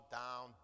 down